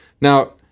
Now